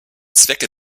zwecke